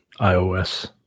iOS